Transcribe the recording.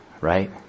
right